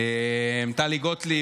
טלי גוטליב,